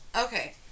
Okay